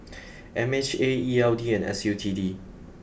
M H A E L D and S U T D